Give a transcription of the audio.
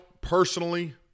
personally